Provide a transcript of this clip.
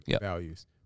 values